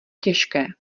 těžké